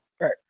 Right